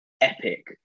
epic